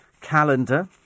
calendar